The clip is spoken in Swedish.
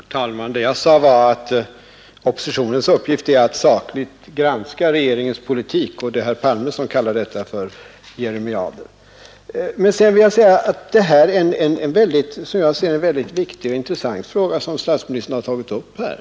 Herr talman! Vad jag sade var att oppositionens uppgift är att sakligt granska regeringens politik. Det är herr Palme som kallar detta för jeremiader. Men sedan vill jag säga att det är en mycket viktig och intressant fråga som statsministern tagit upp här.